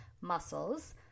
muscles